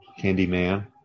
Candyman